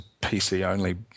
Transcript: PC-only